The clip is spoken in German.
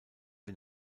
den